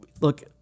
look